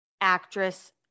actress